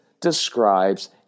describes